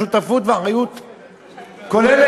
שותפות ואחריות כוללת.